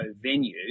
venue